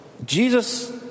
Jesus